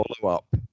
follow-up